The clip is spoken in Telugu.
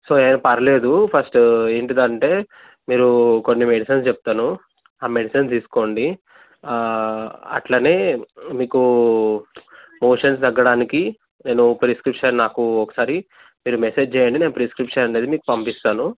సో ఏం పర్లేదు ఫస్ట్ ఏంటిదంటే మీరు కొన్ని మెడిసిన్స్ చెప్తాను ఆ మెడిసిన్స్ తీసుకోండి అట్లనే మీకు మోషన్స్ తగ్గడానికి నేను ప్రిస్క్రిప్షన్ నాకు ఒకసారి మీరు మెసేజ్ చేయండి ప్రిస్క్రిప్షన్ అనేది నేను మీకు పంపిస్తాను